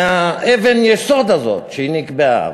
מאבן היסוד הזאת שנקבעה.